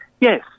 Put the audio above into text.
yes